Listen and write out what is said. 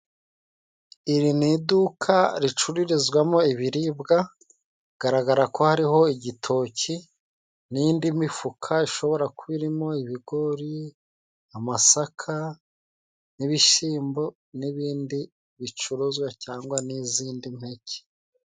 Iri ni iduka ricururirwamo ibiribwa. Bigaragara ko hariho igitoki, n’indi mifuka ishobora kuba irimo ibigori, amasaka, n'ibishyimbo, n’ibindi bicuruzwa, cyangwa n'izindi mpeke.